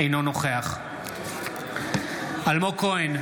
אינו נוכח אלמוג כהן,